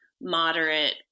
moderate